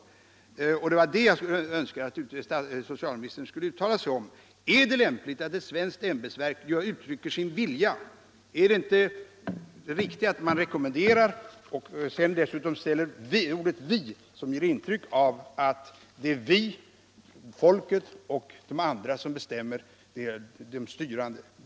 Det är detta jag hade önskat att socialministerna skulle ha velat uttala sig om. Är det lämpligt att ett svenskt ämbetsverk uttrycker sin vilja? Är det inte riktigare att rekommendera? Dessutom sätts ordet ”vi” ut, vilket ger intryck av att ”vi” är folket och att det är de andra, dvs. de styrande, som bestämmer!